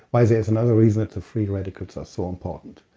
why there's another reason that the free radicals are so important.